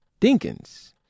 Dinkins